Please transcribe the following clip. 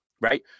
right